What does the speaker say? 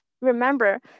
remember